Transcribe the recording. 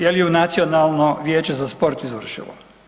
Je li ju Nacionalno vijeće za sport izvršilo?